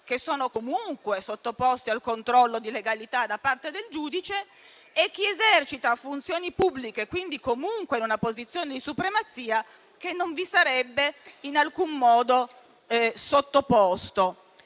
cittadini comunque sottoposti al controllo di legalità da parte del giudice e chi esercita funzioni pubbliche, quindi in una posizione di supremazia, che non vi sarebbe in alcun modo sottoposto.